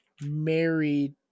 married